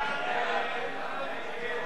מסדר-היום